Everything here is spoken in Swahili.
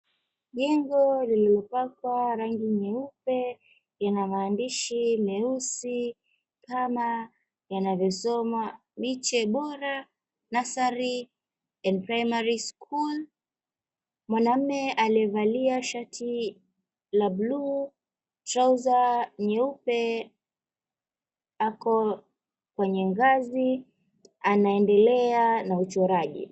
Jengo lilipakwa rangi nyeupe, ina maandishi 𝑚𝑒𝑢𝑠𝑖 kama yanavyosoma; Miche Bora 𝑁𝑢𝑟𝑠𝑒𝑟𝑦 𝐴𝑛𝑑 Primary School. Mwanamume aliyevalia shati la bluu trauza nyeupe, ako kwenye ngazi anaendelea na uchoraji.